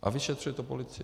A vyšetřuje to policie.